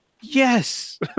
Yes